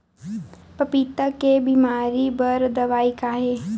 पपीता के बीमारी बर दवाई का हे?